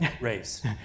race